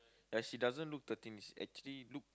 but she doesn't look thirteen actually look